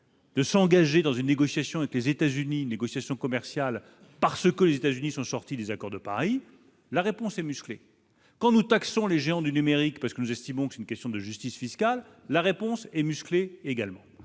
De s'engager dans une négociation avec les États-Unis, négociations commerciales, parce que les États-Unis sont sortis des accords de Paris, la réponse est musclée quand nous taxons les géants du numérique parce que nous estimons qu'une question de justice fiscale, la réponse est musclé également,